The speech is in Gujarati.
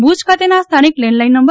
ભુજ ખાતેના સ્થાનિક લેન્ડલાઇન નં